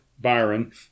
Byron